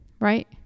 Right